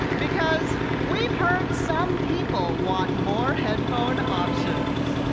because we've heard some people want more headphone options.